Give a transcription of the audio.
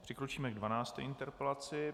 Přikročíme ke 12. interpelaci.